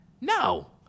No